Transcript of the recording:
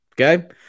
Okay